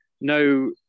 no